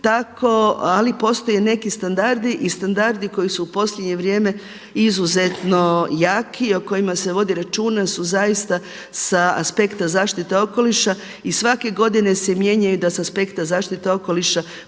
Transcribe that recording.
Ali postoje neki standardi i standardi koji su u posljednje vrijeme izuzetno jaki, o kojima se vodi računa su zaista sa aspekta zaštite okoliša i svake godine se mijenjaju da sa aspekta zaštite okoliša